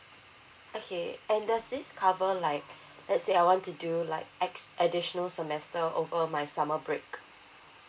okay and does this cover like let's say I want to do like ex~ additional semester over my summer break